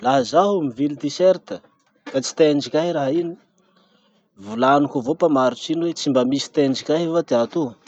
Laha zaho mivily t-shirt ka tsy tendriky ahy raha iny, volaniko avao mpamarotsy iny hoe tsy mba misy tendriky ahy va ty ato?